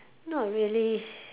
not really